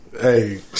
Hey